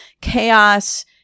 chaos